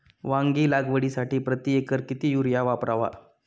वांगी लागवडीसाठी प्रति एकर किती युरिया वापरावा?